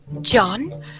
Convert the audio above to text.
John